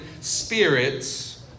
spirits